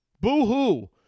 boo-hoo